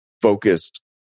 focused